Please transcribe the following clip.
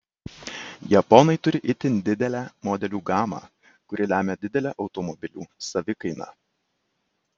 japonai turi itin didelę modelių gamą kuri lemią didelę automobilių savikainą